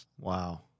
Wow